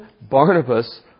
Barnabas